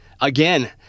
Again